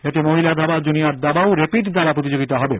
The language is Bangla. এতে মহিলা দাবা জুনিয়র দাবা ও রেপিড দাবা প্রতিযোগিতা হবে